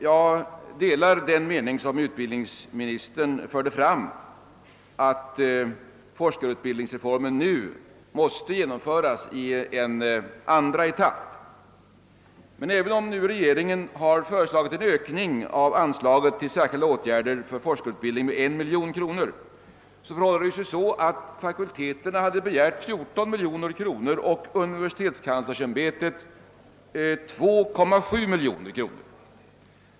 Jag delar utbildningsministerns mening att forskarutbildningsreformen nu måste genomföras i en andra etapp. Men även om regeringen har föreslagit en ökning av anslaget till Särskilda åtgärder för forskarutbildning med 1 miljon kronor har dock fakulteterna begärt 14 miljoner och universitetskanslersämbetet 2,7 miljoner.